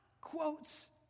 quotes